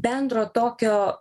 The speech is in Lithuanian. bendro tokio